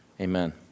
amen